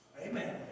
amen